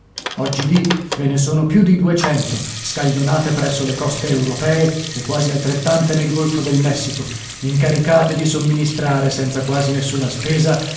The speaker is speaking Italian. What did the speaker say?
solidamente oggidì ve ne sono più di scaglionate presso le coste europee e quasi altrettante nel golfo del messico incaricate di somministrare senza quasi nessuna spesa